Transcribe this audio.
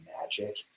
magic